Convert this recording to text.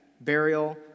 burial